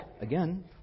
again